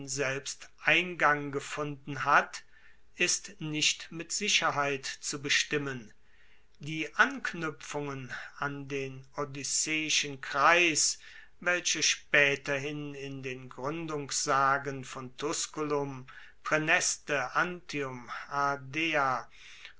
eingang gefunden hat ist nicht mit sicherheit zu bestimmen die anknuepfungen an den odysseischen kreis welche spaeterhin in den gruendungssagen von tusculum praeneste antium